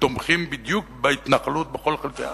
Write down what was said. תומכים בדיוק בהתנחלות בכל חלקי הארץ,